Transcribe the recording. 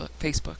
Facebook